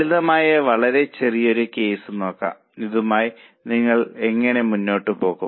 ലളിതമായ വളരെ ചെറിയ ഒരു കേസ് നോക്കാം ഇതുമായി നിങ്ങൾ എങ്ങനെ മുന്നോട്ടു പോകും